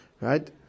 right